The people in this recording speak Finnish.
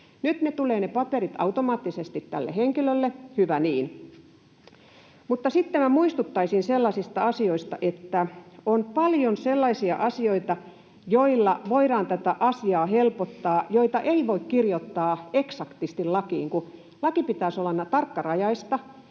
Nyt ne paperit tulevat automaattisesti tälle henkilölle — hyvä niin. Mutta sitten minä muistuttaisin sellaisista asioista, että on paljon sellaisia asioita, joilla voidaan tätä asiaa helpottaa, joita ei voi kirjoittaa eksaktisti lakiin. Lain pitäisi olla aina tarkkarajaista,